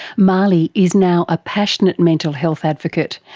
mahlie is now a passionate mental health advocate,